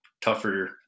tougher